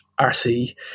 rc